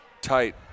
tight